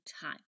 time